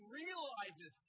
realizes